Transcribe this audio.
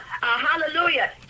hallelujah